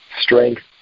strength